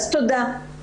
אז תודה.